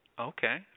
Okay